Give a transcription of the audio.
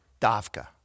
Davka